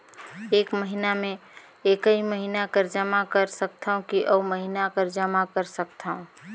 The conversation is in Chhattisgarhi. एक महीना मे एकई महीना कर जमा कर सकथव कि अउ महीना कर जमा कर सकथव?